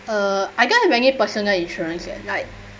uh I don't have any personal insurance leh like